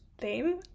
theme